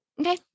Okay